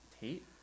Tate